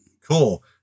Cool